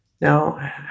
Now